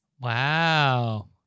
Wow